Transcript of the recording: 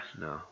No